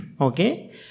Okay